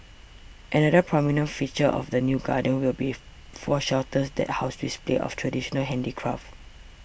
another prominent feature of the new garden will beef four shelters that house displays of traditional handicraft